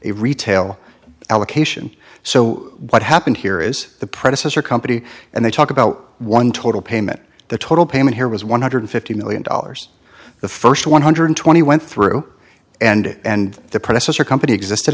a retail allocation so what happened here is the predecessor company and they talk about one total payment the total payment here was one hundred fifty million dollars the first one hundred twenty went through and the predecessor company exist